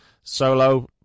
solo